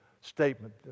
statement